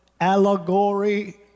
allegory